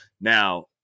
Now